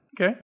okay